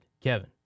Kevin